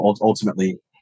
ultimately